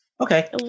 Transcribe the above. Okay